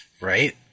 Right